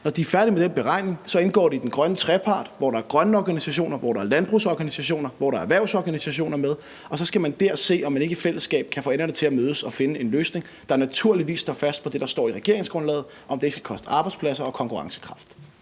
når de er færdige med den beregning, indgår det i den grønne trepartsforhandling, hvor der er grønne organisationer, hvor der er landbrugsorganisationer, og hvor der er erhvervsorganisationer med, og så skal man der se, om man ikke i fællesskab kan få enderne til at mødes og finde en løsning, der naturligvis er baseret på det, der står i regeringsgrundlaget, om, at det ikke skal koste arbejdspladser og konkurrencekraft.